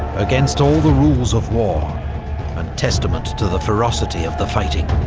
against all the rules of war and testament to the ferocity of the fighting.